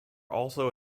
also